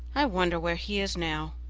i wonder where he is now.